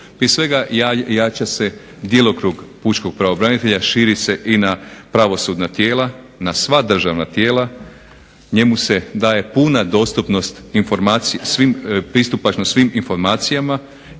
Prije svega jača se djelokrug pučkog pravobranitelja, širi se i na pravosudna tijela, na sva državna tijela. Njemu se daje puna dostupnost, pristupačnost svim informacijama